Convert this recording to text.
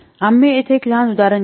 आम्ही येथे एक लहान उदाहरण घेऊ